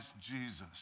Jesus